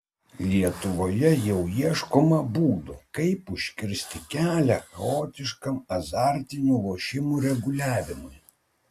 lietuvoje jau ieškoma būdų kaip užkirsti kelią chaotiškam azartinių lošimų reguliavimui